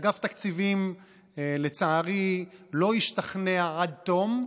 אגף תקציבים, לצערי, לא השתכנע עד תום,